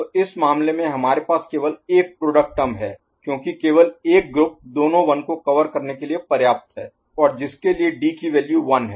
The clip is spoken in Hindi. तो इस मामले में हमारे पास केवल एक प्रोडक्ट टर्म है क्योंकि केवल एक ग्रुप दोनों 1 को कवर करने के लिए पर्याप्त है और जिसके लिए D की वैल्यू 1 है